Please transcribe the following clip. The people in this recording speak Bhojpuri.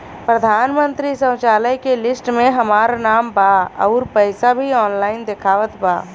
प्रधानमंत्री शौचालय के लिस्ट में हमार नाम बा अउर पैसा भी ऑनलाइन दिखावत बा